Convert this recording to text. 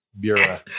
Bureau